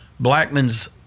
Blackman's